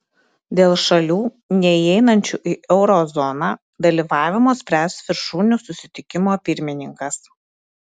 dėl šalių neįeinančių į euro zoną dalyvavimo spręs viršūnių susitikimo pirmininkas